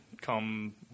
come